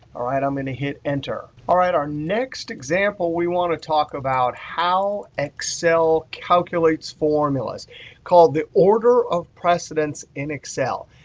all right i'm going to hit enter. all right, our next example. we want to talk about how excel calculates formulas called the order of precedence in excel.